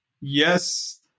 Yes